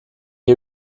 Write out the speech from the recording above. est